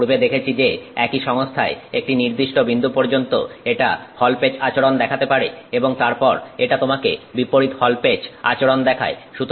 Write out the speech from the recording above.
আমরা পূর্বে দেখেছি যে একই সংস্থায় একটি নির্দিষ্ট বিন্দু পর্যন্ত এটা হল পেচ আচরণ দেখাতে পারে এবং তারপর এটা তোমাকে বিপরীত হল পেচ আচরণ দেখায়